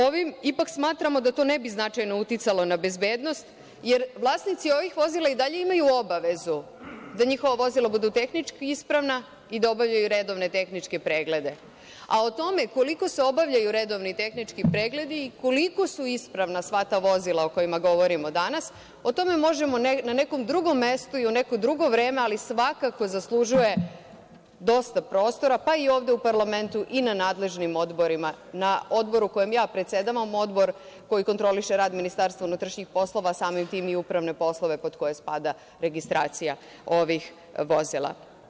Ovim ipak smatramo da to ne bi značajno uticalo na bezbednost, jer vlasnici ovih vozila i dalje imaju obavezu da njihova vozila budu tehnički ispravna i da obavljaju redovne tehničke preglede, a o tome koliko se obavljaju redovni tehnički pregledi, koliko su ispravna sva ta vozila o kojima govorimo danas, o tome možemo na nekom drugom mestu i u neko drugo vreme, ali svakako zaslužuje dosta prostora, pa i ovde u parlamentu i na nadležnim odborima, na odboru kojem ja predsedavam, a to je odbor koji kontroliše rad MUP-a, samim tim i upravne poslove pod koje spada i registracija ovih vozila.